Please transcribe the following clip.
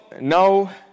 now